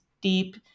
deep